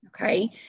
okay